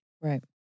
Right